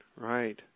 right